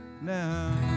now